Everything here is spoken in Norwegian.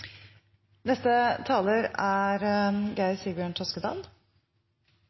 Neste talar er